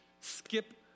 skip